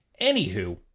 anywho